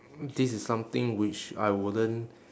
this is something which I wouldn't